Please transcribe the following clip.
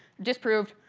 disproved.